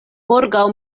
morgaŭ